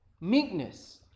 meekness